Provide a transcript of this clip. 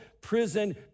prison